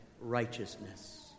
righteousness